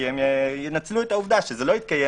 כי הם ינצלו את העובדה שזה לא יתקיים